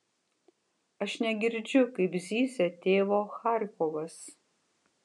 aš negirdžiu kaip zyzia tėvo charkovas